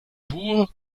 bourg